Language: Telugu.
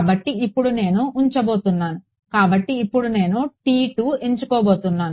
కాబట్టి ఇప్పుడు నేను ఉంచబోతున్నాను కాబట్టి ఇప్పుడు నేను ఎంచుకోబోతున్నాను